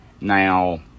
Now